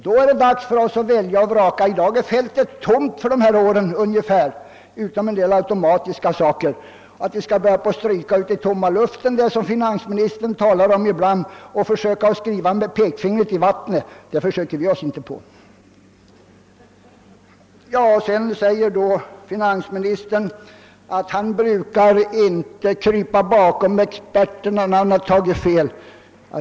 Då är det dags för oss att välja och vraka. För det närmaste året är fältet fritt, utom när det gäller en del automatiska höjningar. Att börja stryka i tomma luften, eller som finansministern talar om ibland, försöka skriva med pekfingret i vattnet ger vi oss inte in på. Finansministern framhåller att han inte brukar krypa bakom experterna när han har tagit fel.